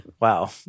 Wow